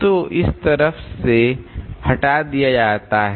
तो इस तरफ से इसे हटा दिया जाता है